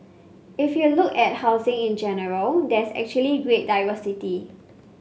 if you look at housing in general there's actually great diversity